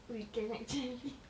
weekend actually